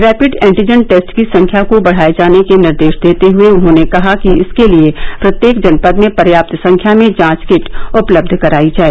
rapid antigen test की संख्या को बढ़ाए जाने के निर्देश देते हुए उन्होंने कहा कि इसके लिए प्रत्येक जनपद में पर्याप्त संख्या में जांच किट उपलब्ध करायी जाए